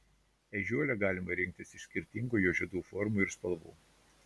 ežiuolę galima rinktis iš skirtingų jos žiedų formų ir spalvų